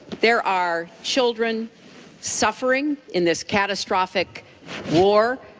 there are children suffering in this catastrophic war,